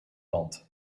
land